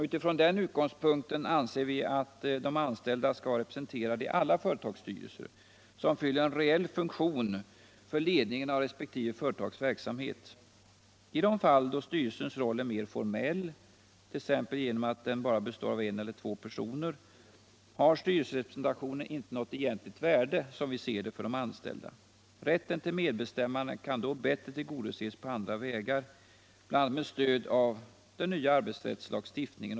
Utifrån den utgångspunkten anser vi att de anställda skall vara representerade i alla företagsstyrelser som fyller en rejäl funktion för ledningen av resp. företags verksamhet. I de fall då styrelsens roll är mer formell, t.ex. genom att denna bara består av en eller två personer, har styrelserepresentation inte något egentligt värde, som vi ser det, för de anställda. Rätten till medbestämmande kan då bättre tillgodoses på andra vägar, bl.a. med stöd av den nya arbetsrättslagstiftningen.